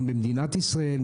אנחנו במדינת ישראל,